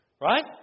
Right